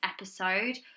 episode